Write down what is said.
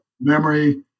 memory